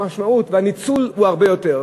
המשמעות והניצול הם הרבה יותר,